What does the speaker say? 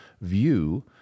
view